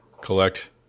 collect